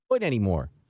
anymore